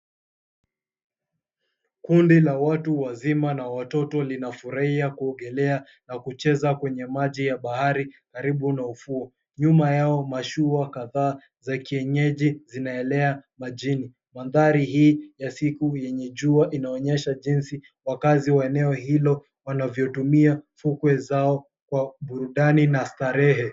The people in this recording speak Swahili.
Kundi la watu wazima na watoto linafurahia kuogelea na kucheza kwenye maji ya bahari karibu na ufuo. Nyuma yao mashua kadhaa za kienyeji zinaelea majini. Mandhari hii ya siku yenye jua inaonyesha jinsi wakazi wa eneo hilo wanavyotumia fukwe zao kwa burudani na starehe.